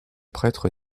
prêtre